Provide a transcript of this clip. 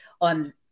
on